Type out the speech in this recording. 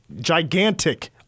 gigantic